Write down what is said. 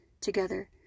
together